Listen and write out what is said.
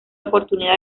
oportunidad